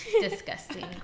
disgusting